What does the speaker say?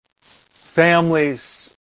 families